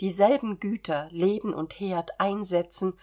dieselben güter leben und herd einsetzen